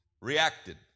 reacted